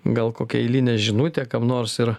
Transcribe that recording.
gal kokią eilinę žinutę kam nors ir